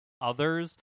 others